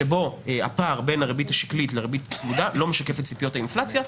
שבו הפער בין הריבית השקלית לריבית הצמודה לא משקף את ציפיות האינפלציה,